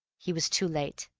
he was too late.